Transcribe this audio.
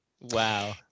wow